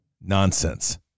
Nonsense